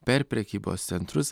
per prekybos centrus